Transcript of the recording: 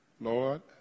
Lord